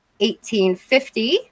1850